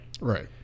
Right